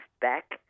back